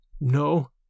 No